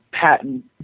patent